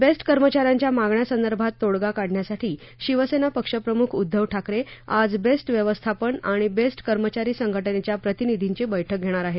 best कर्मचा यांच्या मागण्यासंदर्भात तोडगा काढण्यासाठी शिवसेना पक्षप्रमुख उध्दव ठाकरे आज बेस्ट व्यवस्थापन आणि बेस्ट कर्मचारी संघटनेच्या प्रतिनिधीची बैठक घेणार आहेत